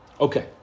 Okay